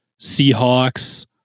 Seahawks